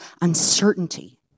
uncertainty